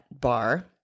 bar